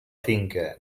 finca